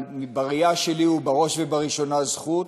אבל בראייה שלי הוא בראש ובראשונה זכות.